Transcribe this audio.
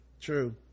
True